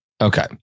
Okay